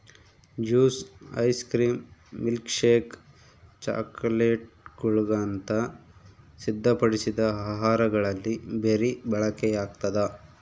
juice ice cream milkshake ಚಾಕೊಲೇಟ್ಗುಳಂತ ಸಿದ್ಧಪಡಿಸಿದ ಆಹಾರಗಳಲ್ಲಿ ಬೆರಿ ಬಳಕೆಯಾಗ್ತದ